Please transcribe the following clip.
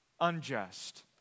unjust